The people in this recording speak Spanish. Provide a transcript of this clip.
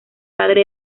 padre